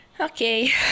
Okay